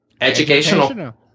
educational